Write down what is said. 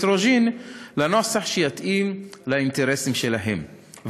רוז'ין לנוסח שיתאים לאינטרסים שלהם,